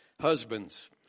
Husbands